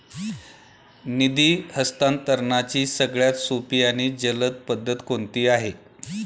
निधी हस्तांतरणाची सगळ्यात सोपी आणि जलद पद्धत कोणती आहे?